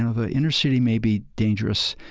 ah the inner city may be dangerous,